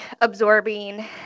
absorbing